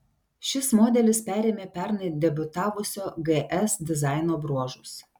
šis modelis perėmė pernai debiutavusio gs dizaino bruožus